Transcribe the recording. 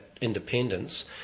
independence